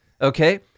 okay